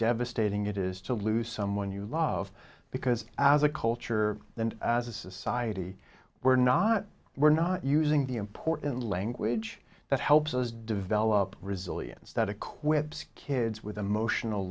devastating it is to lose someone you love because as a culture and as a society we're not we're not using the important language that helps us develop resilience that equips kids with emotional